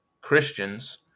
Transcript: christians